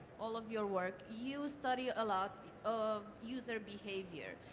all of your work, you study a lot of user behavior.